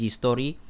story